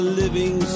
living